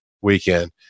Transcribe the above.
weekend